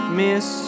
miss